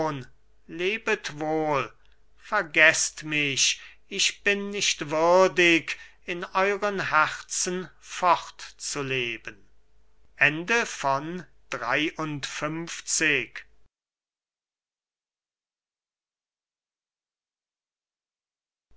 vergeßt mich ich bin nicht würdig in euern herzen fort zu leben